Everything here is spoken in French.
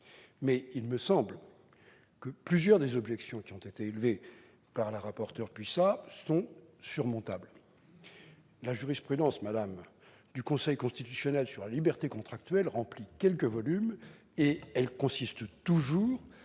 tout à l'heure. Plusieurs des objections qui ont été élevées par la rapporteur Puissat sont surmontables. Madame, la jurisprudence du Conseil constitutionnel sur la liberté contractuelle remplit quelques volumes. Elle consiste toujours à